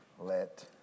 let